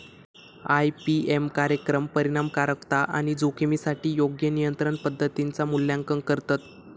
IPM कार्यक्रम परिणामकारकता आणि जोखमीसाठी योग्य नियंत्रण पद्धतींचा मूल्यांकन करतत